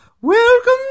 welcome